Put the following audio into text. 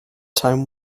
time